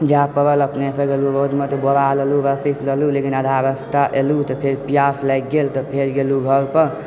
जाए पड़ल अपनेसँ गेलहुँ रौदमे तऽ बोरा लेलहुँ रस्सी लेलहुँ लेकिन आधा रस्ता एलहुँ तऽ फेर प्यास लागि गेल तऽ फेर गेलहुँ घर पर